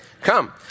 Come